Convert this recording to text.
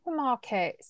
supermarkets